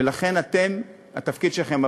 ולכן התפקיד שלכם,